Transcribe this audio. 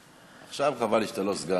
עכשיו חבל לי שאתה לא סגן,